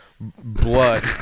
blood